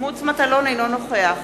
אינו נוכח